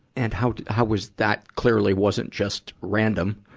and how, how was, that clearly wasn't just random.